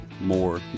more